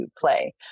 play